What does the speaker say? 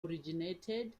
originated